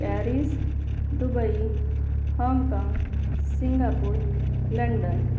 Paris Dubai Hong Kong Singapore London